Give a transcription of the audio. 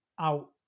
out